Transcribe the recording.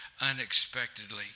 unexpectedly